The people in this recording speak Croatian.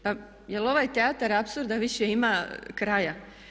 Pa jel ovaj teatar apsurda više ima kraja?